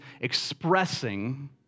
expressing